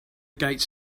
gates